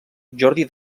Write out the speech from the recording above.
jordi